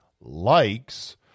likes